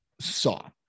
saw